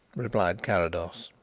replied carrados.